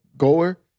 Goer